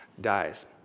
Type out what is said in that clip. dies